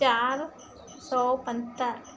चारि सौ पंता